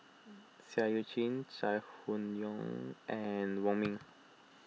Seah Eu Chin Chai Hon Yoong and Wong Ming